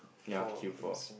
yea queue for